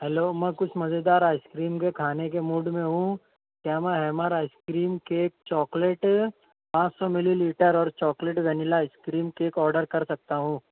hello میں کچھ مزیدار آئس کریم کے کھانے کے موڈ میں ہوں کیا میں ہیمر آئس کریم کیک چاکلیٹ پانچ سو ملی لیٹر اور chocolate vanilla ice cream cake order کر سکتا ہوں